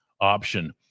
option